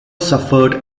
suffered